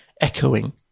echoing